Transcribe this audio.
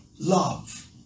love